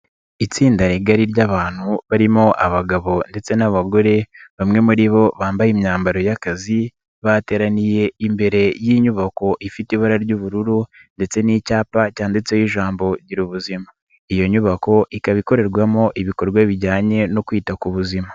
Itsinda rigari ry'abantu barimo abagabo ndetse n'abagore, bamwe muri bo bambaye imyambaro y'akazi, bateraniye imbere y'inyubako ifite ibara ry'ubururu ndetse n'icyapa cyanditseho ijambo Girabubuzima. Iyo nyubako ikaba ikorerwamo ibikorwa bijyanye no kwita ku buzima.